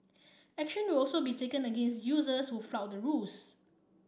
action will also be taken against users who flout the rules